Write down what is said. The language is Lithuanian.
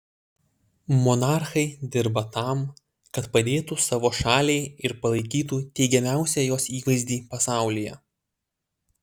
monarchai dirba tam kad padėtų savo šaliai ir palaikytų teigiamiausią jos įvaizdį pasaulyje